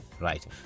Right